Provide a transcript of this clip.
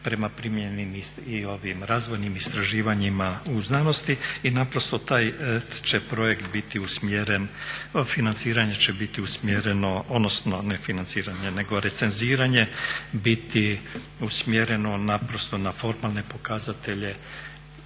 prema primijenjenim i razvojnim istraživanjima u znanosti. I naprosto taj će projekt biti usmjeren, financiranje će biti usmjereno, odnosno ne financiranje nego recenziranje biti usmjereno naprosto na formalne pokazatelje